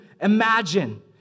imagine